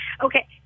Okay